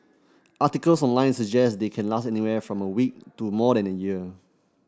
articles online suggest they can last anywhere from a week to more than a year